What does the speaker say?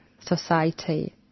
society